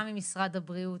גם ממשרד הבריאות,